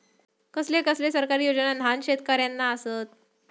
कसले कसले सरकारी योजना न्हान शेतकऱ्यांना आसत?